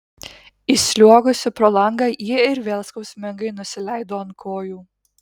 išsliuogusi pro langą ji ir vėl skausmingai nusileido ant kojų